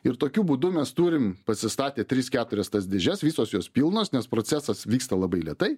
ir tokiu būdu mes turim pasistatę tris keturias tas dėžes visos jos pilnos nes procesas vyksta labai lėtai